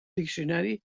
diccionari